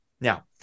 Now